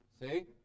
See